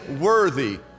worthy